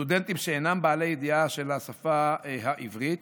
לסטודנטים שאינם בעלי ידיעה של השפה העברית,